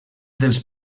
dels